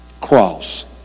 cross